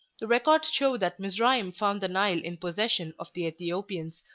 the records show that mizraim found the nile in possession of the ethiopians,